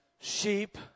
Sheep